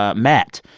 ah matt,